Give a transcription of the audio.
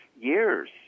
years